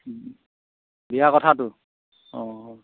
বিয়া কথাটো অঁ